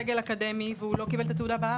אבל הוא לא חבר סגל אקדמי והוא לא קיבל את התעודה בארץ.